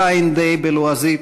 Blind Day בלועזית,